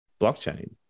blockchain